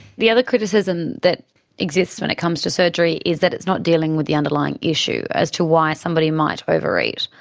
the other criticism that exists when it comes to surgery is that it's not dealing with the underlying issue as to why somebody might overeat.